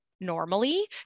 normally